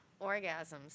orgasms